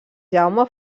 jaume